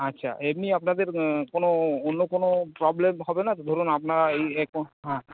আচ্ছা এমনি আপনাদের কোনো অন্য কোনো প্রবলেম হবে না তো ধরুন আপনার এই এক হ্যাঁ